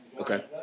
Okay